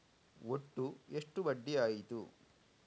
ಒಟ್ಟು ಎಷ್ಟು ಬಡ್ಡಿ ಆಯಿತು?